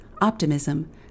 optimism